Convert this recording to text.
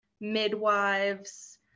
midwives